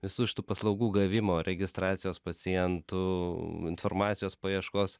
visų šitų paslaugų gavimo registracijos pacientų informacijos paieškos